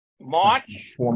March